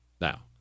Now